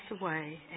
away